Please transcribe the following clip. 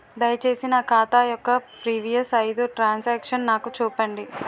దయచేసి నా ఖాతా యొక్క ప్రీవియస్ ఐదు ట్రాన్ సాంక్షన్ నాకు చూపండి